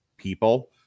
people